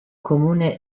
comune